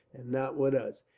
and not with us.